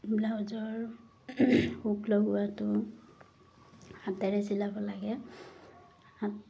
ব্লাউজৰ হুক লগোৱাটো হাতেৰে চিলাব লাগে